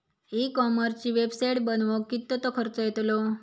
E कॉमर्सची website बनवक किततो खर्च येतलो?